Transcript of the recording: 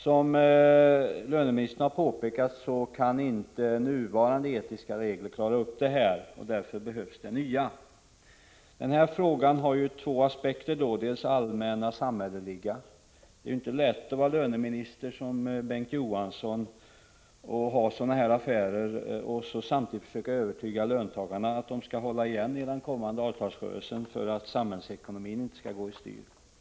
Som löneministern har påpekat kan detta inte klaras ut med nuvarande etiska regler. Därför behövs det nya regler. Denna fråga har två aspekter. Den första aspekten är den allmänna samhälleliga. Det är inte lätt att vara löneminister som Bengt K. Å. Johansson och få ta hand om sådana här affärer och samtidigt försöka övertyga löntagarna om att de skall hålla igen på sina krav i den kommande avtalsrörelsen för att samhällsekonomin inte skall gå över styr.